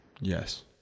yes